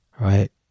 right